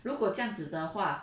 如果这样子的话